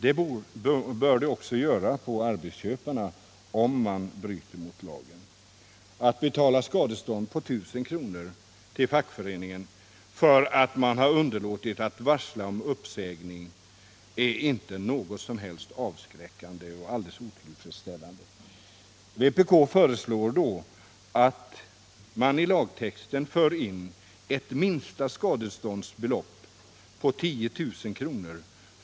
Det bör det också göra på arbetsköparna, om de bryter mot lagen. Att betala skadestånd på 1000 kr. till fackföreningen för att man har underlåtit att varsla om uppsägning är inte något som helst avskräckande och alldeles otillfredsställande. Vpk föreslår då att man i lagtexten för in ett minsta skadeståndsbelopp på 10 000 kr.